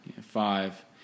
Five